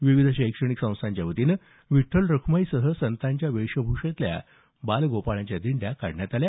विविध शैक्षणिक संस्थांच्या वतीनं विठ्ठल रख्माईसह संतांच्या वेशभूषेतल्या बालगोपाळांच्या दिंड्या काढण्यात आल्या